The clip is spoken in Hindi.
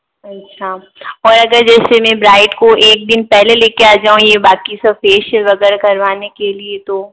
अच्छा और अगर जैसे मैं ब्राइड को एक दिन पहले लेके आ जाऊँ ये बाकी सब फेशियल वगैरह करवाने के लिए तो